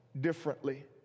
differently